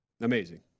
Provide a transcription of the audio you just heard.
Amazing